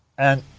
and.